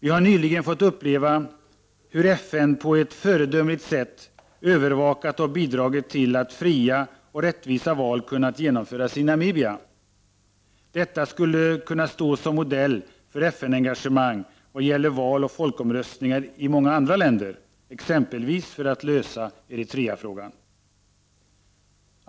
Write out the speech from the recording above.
Vi har nyligen fått uppleva hur FN på ett föredömligt sätt övervakat och bidragit till att fria och rättvisa val har kunnat genomföras i Namibia. Detta skulle kunna stå som modell för FN-engagemang när det gäller val och folkomröstningar i många andra länder, exempelvis för att lösa Eritreafrågan.